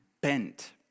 bent